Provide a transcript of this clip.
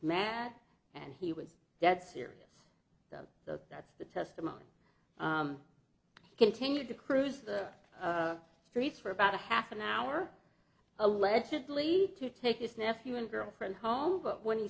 mad and he was dead serious so that's the testimony continued to cruise the streets for about a half an hour allegedly to take his nephew and girlfriend home but when he